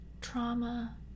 trauma